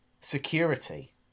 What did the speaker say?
security